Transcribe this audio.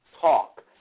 talk